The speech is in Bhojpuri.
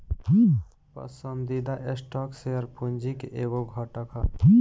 पसंदीदा स्टॉक शेयर पूंजी के एगो घटक ह